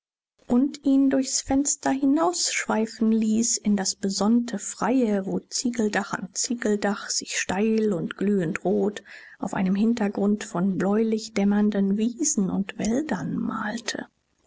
und ihn durchs fenster hinausschweifen ließ in das besonnte freie wo ziegeldach an ziegeldach sich steil und glühendrot auf einem hintergrund von bläulich dämmernden wiesen und wäldern malte